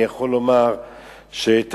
ואני יכול לומר שכאשר